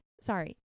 sorry